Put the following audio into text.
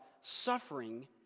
suffering